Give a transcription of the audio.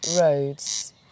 roads